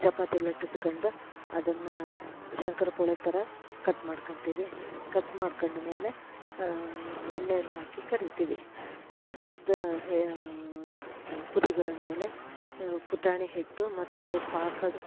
ಚಪಾತಿ ಲಟ್ಟಸ್ಕೊಂಡು ಅದನ್ನು ಶಂಕರ ಪೊಳೆ ಥರ ಕಟ್ ಮಾಡ್ಕೋತಿವಿ ಕಟ್ ಮಾಡ್ಕೊಂಡ್ಮೇಲೆ ಎಣ್ಣೆಯಲ್ಲಿ ಹಾಕಿ ಕರಿತೀವಿ ಆ ಕರಿದ ಪುರಿಗಳ ಮೇಲೆ ಪುಟಾಣಿ ಹಿಟ್ಟು ಮತ್ತು ಪಾಕದ